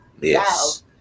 Yes